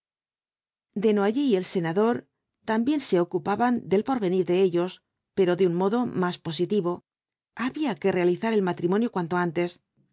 desnoyers y el senador también se ocupaban del porvenir de ellos pero de un modo más positivo había que realizar el matrimonio cuanto antes